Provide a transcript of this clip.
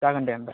जागोन दे होम्बा